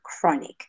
chronic